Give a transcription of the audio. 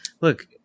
Look